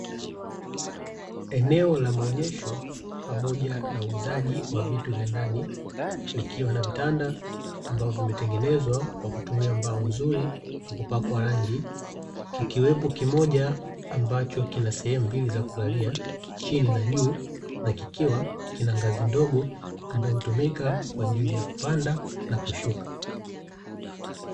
Eneo la maonesho pamoja na huuzaji wa vitu vya ndani likiwa na vitanda, ambavyo vimetengenezwa kwa rangi nzuri na kupakwa rangi ikiwemo kimoja ambapo kina sehemu mbili za kulalia chini na juu nnakikiwa na ngazi ndogo ambazo hutumika kwajili ya kupanda na kushuka.